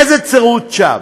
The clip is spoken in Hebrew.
איזה תירוץ שווא?